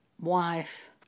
wife